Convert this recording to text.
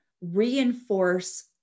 reinforce